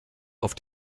auf